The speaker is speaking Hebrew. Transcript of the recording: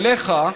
אליך,